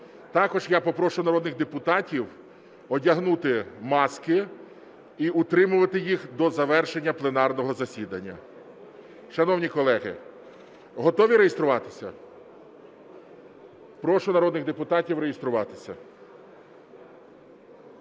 Також я попрошу народних депутатів одягнути маски і утримувати їх до завершення пленарного засідання. Шановні колеги, готові реєструватися? Прошу народних депутатів реєструватися.